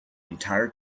entire